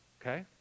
Okay